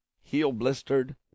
heel-blistered